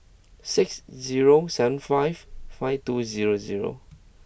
six zero seven five five two zero zero